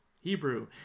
Hebrew